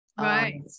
right